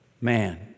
Man